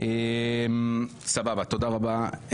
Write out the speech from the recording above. סבבה, תודה רבה.